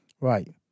Right